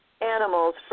animals